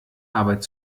arbeit